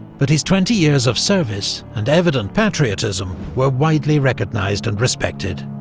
but his twenty years of service and evident patriotism were widely recognised and respected.